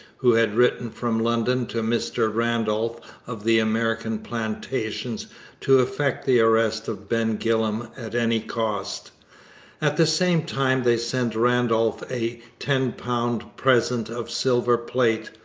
who had written from london to mr randolph of the american plantations to effect the arrest of ben gillam at any cost at the same time they sent randolph a ten pounds present of silver plate.